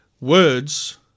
words